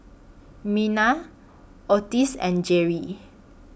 Mena Ottis and Jeri